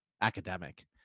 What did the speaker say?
Academic